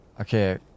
Okay